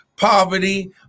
poverty